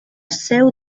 seu